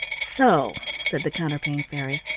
so! said the counterpane fairy.